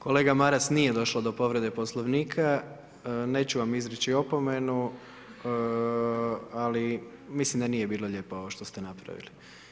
Kolega Maras nije došlo do povrede Poslovnika, neću vam izriči opomenu ali mislim da nije bilo lijepo ovo što ste napravili.